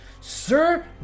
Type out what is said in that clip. sir